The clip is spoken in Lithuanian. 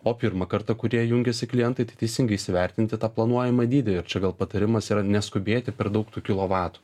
o pirmą kartą kurie jungiasi klientai tai teisingai įsivertinti tą planuojamą dydį ir čia gal patarimas yra neskubėti per daug tų kilovatų